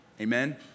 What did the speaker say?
Amen